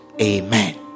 Amen